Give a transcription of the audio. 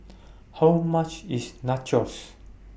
How much IS Nachos